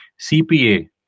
CPA